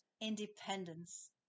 independence